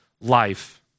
life